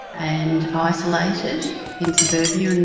and isolated in suburbia, and